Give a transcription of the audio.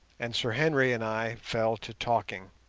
and sir henry and i fell to talking.